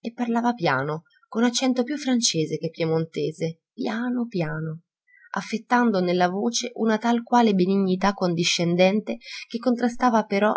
e parlava piano con accento più francese che piemontese piano piano affettando nella voce una tal quale benignità condiscendente che contrastava però